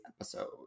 episode